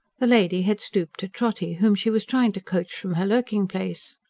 the lady had stooped to trotty, whom she was trying to coax from her lurking-place.